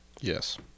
Yes